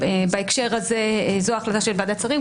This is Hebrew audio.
בהקשר הזה זו ההחלטה של ועדת השרים,